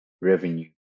revenue